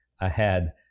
ahead